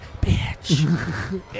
Bitch